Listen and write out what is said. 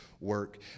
work